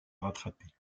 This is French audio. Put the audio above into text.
rattraper